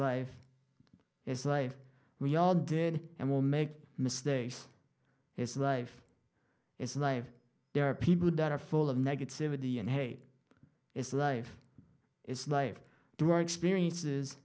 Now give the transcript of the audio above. life it's life we all did and we'll make mistakes his life it's life there are people that are full of negativity and hate it's life it's life through our experiences